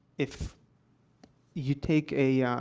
if you take a, ah, yeah